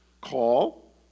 call